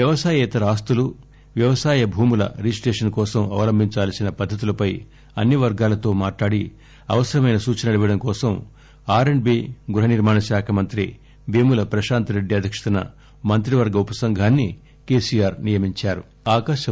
వ్యవసాయేతర ఆస్తులు వ్యవసాయ భూముల రిజిస్టేషన్ కోసం అవలంభించాల్సిన పద్దతులపై అన్ని వర్గాలతో మాట్లాడి అవసరమైన సూచనలు ఇవ్వడం కోసం ఆర్ అండ్ బి గృహ నిర్మాణ శాఖల మంత్రి పేముల ప్రశాంత్ రెడ్డి అధ్యక్షతన మంత్రి వర్గ ఉపసంఘాన్ని కేసీఆర్ నియమించారు